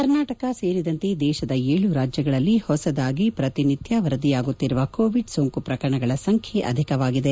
ಕರ್ನಾಟಕ ಸೇರಿದಂತೆ ದೇಶದ ಏಳು ರಾಜ್ಯಗಳಲ್ಲಿ ಹೊಸದಾಗಿ ಪ್ರತಿನಿತ್ಯ ವರದಿಯಾಗುತ್ತಿರುವ ಕೋವಿಡ್ ಸೋಂಕು ಪ್ರಕರಣಗಳ ಸಂಖ್ಯೆ ಅಧಿಕವಾಗಿದೆ